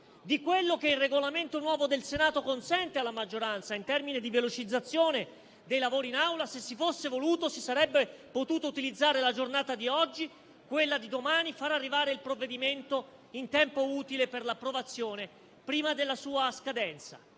di quanto il nuovo Regolamento del Senato consente alla maggioranza in termini di velocizzazione dei lavori in Assemblea, si sarebbe potuto utilizzare la giornata di oggi e quella di domani, facendo arrivare il provvedimento in tempo utile per l'approvazione prima della sua scadenza.